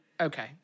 Okay